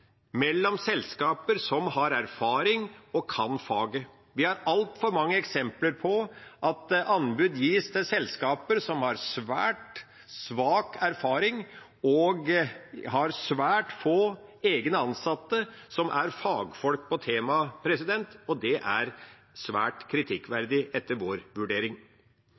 mellom selskaper som har erfaring og kan faget. Vi har altfor mange eksempler på at anbud gis til selskaper som har svært svak erfaring og svært få egne ansatte som er fagfolk på temaet, og det er svært kritikkverdig etter vår vurdering.